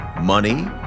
Money